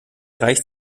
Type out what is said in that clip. reicht